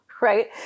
right